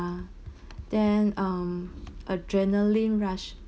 ~a then um adrenaline rush